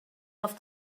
off